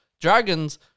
Dragons